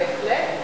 בהחלט,